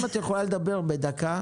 אם את יכולה לדבר בדקה,